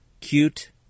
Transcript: cute